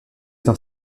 dans